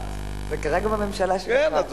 זה קרה גם בממשלה שלך, לצערי הרב.